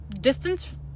distance